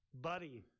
buddy